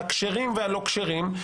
הכשרים והלא כשרים,